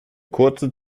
kurze